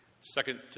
second